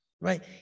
right